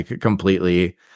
completely